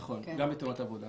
נכון, גם בתאונות עבודה.